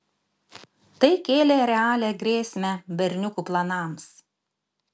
tai kėlė realią grėsmę berniukų planams